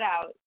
out